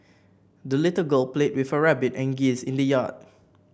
the little girl played with her rabbit and geese in the yard